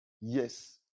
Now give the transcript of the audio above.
yes